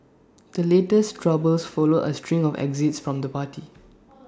the latest troubles follow A string of exits from the party